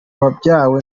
wabyawe